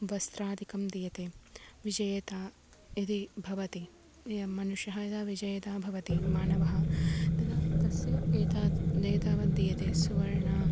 वस्त्रादिकं दीयते विजयिता यदि भवति मनुष्यः यदा विजयिता भवति मानवः तदा तस्य एता एतावद् दीयते सुवर्णम्